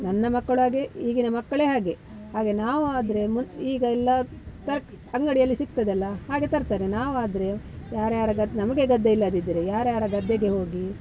ನನ್ನ ಮಕ್ಕಳು ಹಾಗೆ ಈಗಿನ ಮಕ್ಕಳೇ ಹಾಗೆ ಹಾಗೆ ನಾವಾದರೆ ಈಗ ಎಲ್ಲ ತರ್ಕ ಅಂಗಡಿಯಲ್ಲಿ ಸಿಕ್ತದಲ್ಲ ಹಾಗೆ ತರ್ತಾರೆ ನಾವಾದರೆ ಯಾರ್ಯಾರ ಗದ್ದೆ ನಮಗೆ ಗದ್ದೆ ಇಲ್ಲದಿದ್ರೆ ಯಾರ ಯಾರ ಗದ್ದೆಗೆ ಹೋಗಿ